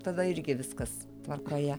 tada irgi viskas tvarkoje